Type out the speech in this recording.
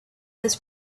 this